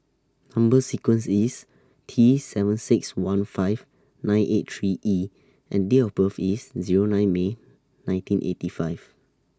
Number sequence IS T seven six one five nine eight three E and Date of birth IS Zero nine May nineteen eighty five